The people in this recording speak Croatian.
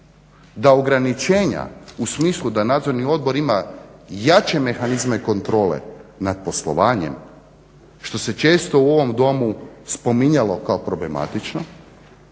da ograničenja u smislu da nadzorni odbor ima jače mehanizme kontrole nad poslovanjem što se često u ovom Domu spominjalo kao problematično